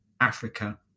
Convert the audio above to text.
Africa